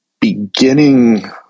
beginning